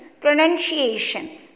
pronunciation